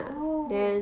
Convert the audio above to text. oh